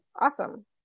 Awesome